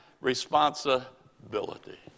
responsibility